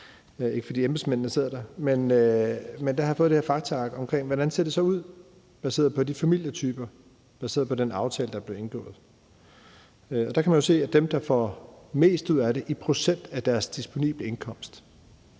ikke, fordi embedsmændene sidder der. Jeg har fået dette faktaark omkring, hvordan det så ser ud baseret på de familietyper, der sidder på den aftale, der er blevet indgået. Der kan man se, at af dem, der er i arbejde, er dem, der får mest ud af det i procent af deres disponible indkomst,